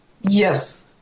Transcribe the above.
Yes